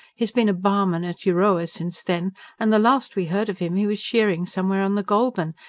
he's been a barman at euroa since then and the last we heard of him, he was shearing somewhere on the goulburn.